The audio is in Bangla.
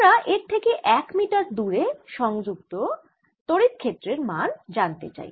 আমরা এর থেকে এক মিটার দূরে সংযুক্ত তড়িৎ ক্ষেত্রের মান জানতে চাই